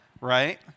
right